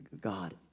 God